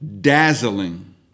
dazzling